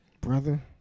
Brother